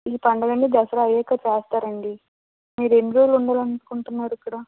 ఈ పండుగని దసరా అయ్యాక చేస్తారండి మీరు ఎన్ని రోజులు ఉండాలనుకుంటున్నారు ఇక్కడ